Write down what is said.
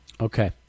Okay